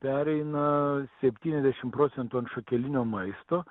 pereina septyniasdešimt procentų ant šakelinio maisto